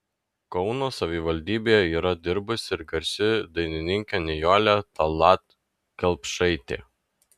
kauno savivaldybėje yra dirbusi ir garsi dainininkė nijolė tallat kelpšaitė